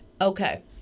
okay